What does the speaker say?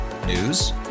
News